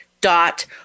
Dot